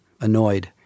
annoyed